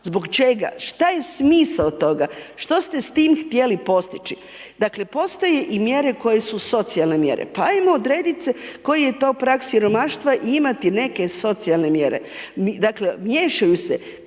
Zbog čega? Šta je smisao toga, što ste s tim htjeli postići? Dakle, postoje i mjere koje su socijalne mjere, pa ajmo odredit koji je to prag siromaštva i imati neke socijalne mjere. Dakle, miješaju se